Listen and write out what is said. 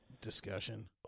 discussion